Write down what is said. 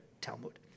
Talmud